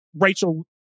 Rachel